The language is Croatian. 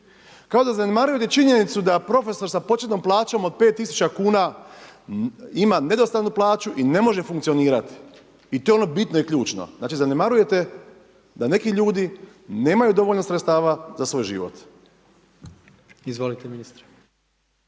Kao da zanemarujete činjenicu da profesor sa početnom plaćom od 5000 kuna ima nedostatnu plaću i ne može funkcionirati i to je ono bitno i ključno. Znači zanemarujete da neki ljudi nemaju dovoljno sredstava za svoj život. **Jandroković,